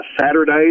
Saturday